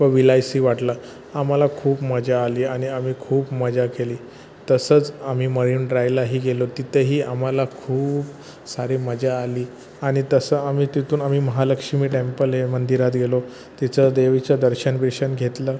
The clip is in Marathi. व विलायसी वाटलं आम्हाला खूप मजा आली आणि आम्ही खूप मजा केली तसंच आम्ही मरीन ड्रायलाही गेलो तिथंही आम्हाला खूप सारी मजा आली आणि तसं आम्ही तिथून आम्ही महालक्ष्मी टेम्पल आहे मंदिरात गेलो तिचं देवीचं दर्शन बिर्शन घेतलं